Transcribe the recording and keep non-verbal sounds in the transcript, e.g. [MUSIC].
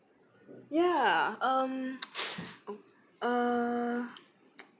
ya um [NOISE] oh uh